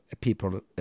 people